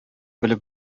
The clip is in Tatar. белеп